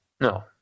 No